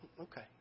okay